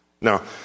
Now